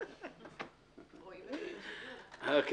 תודה.